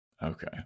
Okay